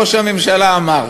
ראש הממשלה אמר.